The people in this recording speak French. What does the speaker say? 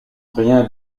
rien